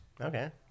okay